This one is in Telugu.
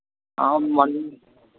మన్